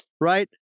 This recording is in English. Right